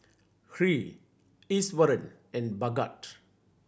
Hri Iswaran and Bhagat